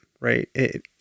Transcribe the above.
right